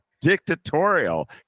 dictatorial